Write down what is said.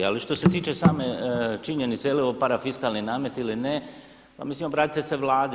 Ali što se tiče same činjenice je li ovo parafiskalni namet ili ne, pa mislim obratite se Vladi.